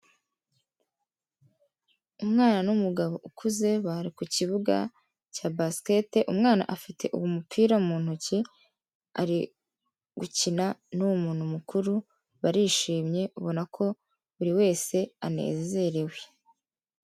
Umwana n'umugabo ukuze bari ku kibuga cya basikete. Umwana afite umupira mu ntoki ari gukina n'uwo muntu mukuru barishimye ubona ko buri wese anezerewe.